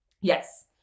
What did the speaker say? Yes